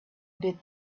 bit